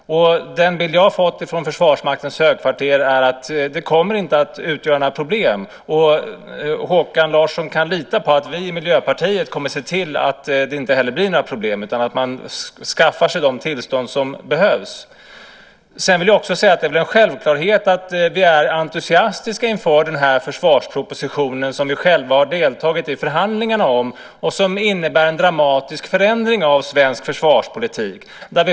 Den bild jag har fått från Försvarsmaktens högkvarter är att det inte kommer att utgöra några problem. Håkan Larsson kan lita på att vi i Miljöpartiet kommer att se till att det inte heller blir några problem utan att man skaffar de tillstånd som behövs. Det är väl självklart att vi är entusiastiska inför den här försvarspropositionen där vi själva har deltagit i förhandlingarna. Den innebär en dramatisk förändring av svensk försvarspolitik.